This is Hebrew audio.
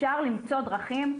אפשר למצוא דרכים,